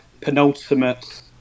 penultimate